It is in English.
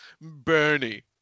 Bernie